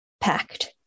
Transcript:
Packed